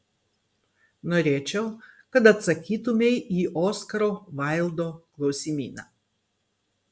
norėčiau kad atsakytumei į oskaro vaildo klausimyną